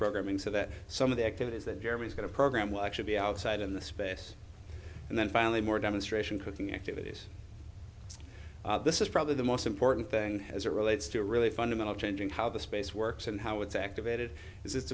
programming so that some of the activities that jeremy's going to program will actually be outside in the space and then finally more demonstration cooking activities this is probably the most important thing as it relates to really fundamental change in how the space works and how it's activated it's